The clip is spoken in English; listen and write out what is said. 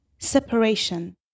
Separation